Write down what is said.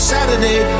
Saturday